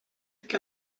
que